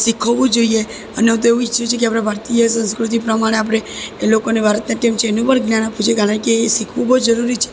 શીખવવું જોઈએ અને હું તો એવું ઈચ્છું છું કે આપણી ભારતીય સંસ્કૃતિ પ્રમાણે આપણે એ લોકોને ભરતનાટ્યમ છે એનું પણ જ્ઞાન આપવું જરૂરી છે કારણ કે એ શીખવું બહુ જરૂરી છે